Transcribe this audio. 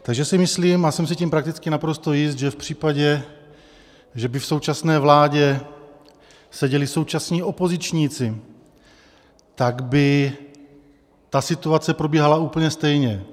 Takže si myslím, a jsem si tím prakticky naprosto jist, že v případě, že by v současné vládě seděli současní opozičníci, tak by ta situace probíhala úplně stejně.